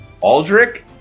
Aldrich